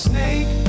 Snake